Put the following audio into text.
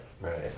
right